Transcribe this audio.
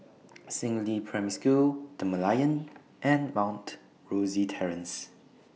Si Ling Primary School The Merlion and Mount Rosie Terrace